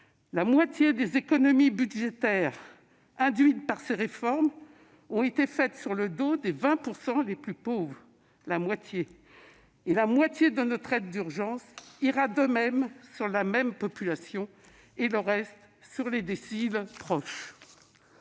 La moitié des économies budgétaires induites par ces réformes ayant été réalisée sur le dos des 20 % les plus pauvres, la moitié de notre aide d'urgence ira également vers la même population et le reste sur les déciles proches.